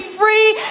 free